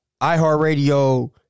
iHeartRadio